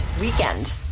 weekend